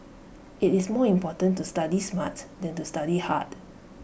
IT is more important to study smart than to study hard